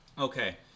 Okay